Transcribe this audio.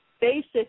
basic